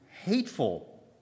hateful